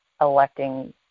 electing